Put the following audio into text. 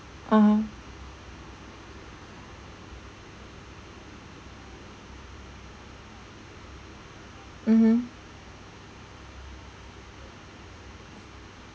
(uh huh) mmhmm